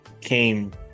came